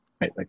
right